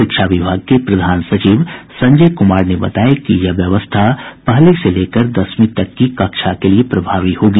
शिक्षा विभाग के प्रधान सचिव संजय कुमार ने बताया कि यह व्यवस्था पहली से लेकर दसवीं तक की कक्षा के लिए प्रभावी होगी